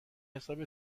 حساب